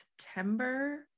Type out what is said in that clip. September